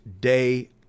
Day